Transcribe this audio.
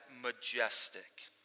majestic